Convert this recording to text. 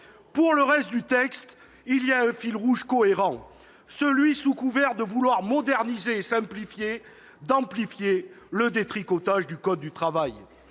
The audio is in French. Pour le reste du texte, il y a un fil rouge cohérent : amplifier, sous couvert de vouloir « moderniser et simplifier », le détricotage du code du travail.